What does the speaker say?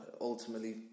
ultimately